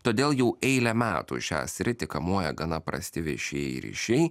todėl jau eilę metų šią sritį kamuoja gana prasti viešieji ryšiai